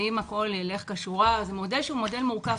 ואם הכול ילך כשורה זה מודל שהוא מודל מורכב.